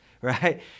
right